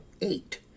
eight